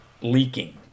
leaking